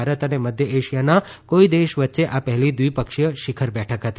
ભારત અને મધ્ય એશિયાના કોઇ દેશ વચ્ચે આ પહેલી દ્વિપક્ષીય શિખર બેઠક હતી